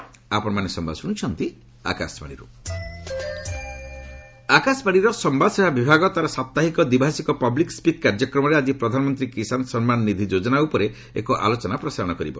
most announcement ଆକାଶବାଣୀର ସମ୍ଭାଦସେବା ବିଭାଗ ତାର ସାପ୍ତାହିକ ଦ୍ୱିଭାଷୀକ ପବ୍ଲିକ୍ ସ୍ୱିକ୍ କାର୍ଯ୍ୟକ୍ରମରେ ଆଜି ପ୍ରଧାନମନ୍ତ୍ରୀ କିଷାନ୍ ସମ୍ମାନ ନିଧି ଯୋଜନା ଉପରେ ଏକ ଆଲୋଚନା ପ୍ରସାରଣ କରିବ